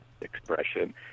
expression